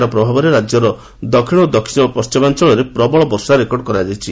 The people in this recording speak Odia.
ଏହାର ପ୍ରଭାବରେ ରାଜ୍ୟର ଦକ୍ଷିଣ ଓ ଦକ୍ଷିଣ ପଣ୍ଟିମାଞ୍ଚଳରେ ପ୍ରବଳ ବର୍ଷା ରେକର୍ଡ କରାଯାଇଛି